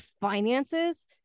finances